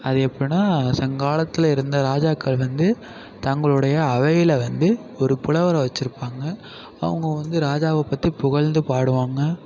அது எப்புடின்னா சங்ககாலத்தில் இருந்த ராஜாக்கள் வந்து தங்களுடைய அவையில் வந்து ஒரு புலவரை வெச்சுருப்பாங்க அவங்க வந்து ராஜாவை பற்றி புகழ்ந்து பாடுவாங்க